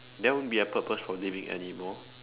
there won't be a purpose for living anymore